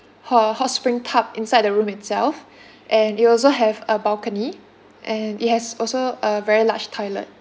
ho~ hot spring tub inside the room itself and it also have a balcony and it has also a very large toilet